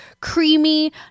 creamy